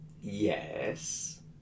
yes